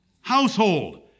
household